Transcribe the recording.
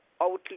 outly